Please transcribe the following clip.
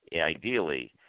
ideally